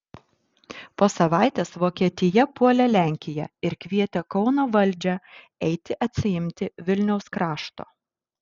po savaitės vokietija puolė lenkiją ir kvietė kauno valdžią eiti atsiimti vilniaus krašto